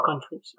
countries